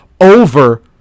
over